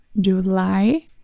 July